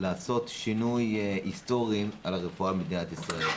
לעשות שינוי היסטורי לרפואה במדינת ישראל.